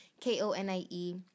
K-O-N-I-E